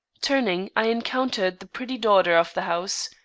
turning, i encountered the pretty daughter of the house,